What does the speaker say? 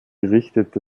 richtete